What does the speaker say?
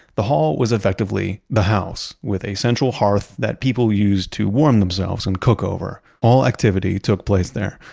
the hall was effectively the house with a central hearth that people used to warm themselves and cook over. all activity took place there,